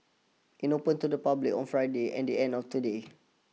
it opened to the public on Friday and the end of today